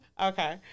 okay